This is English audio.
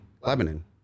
Lebanon